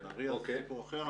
נהריה זה סיפור אחר,